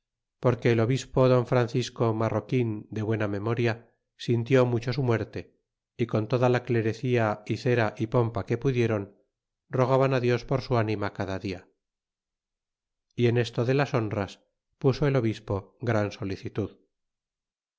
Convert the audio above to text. porque el obispo don francisco marroquin de buena memoria sintió mucho su muerte y con toda la clerecía y cera y pompa que pudieron rogaban dios por su anima cada día y en esto de las honras puso el obispo gran solicitud